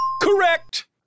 Correct